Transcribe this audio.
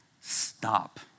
stop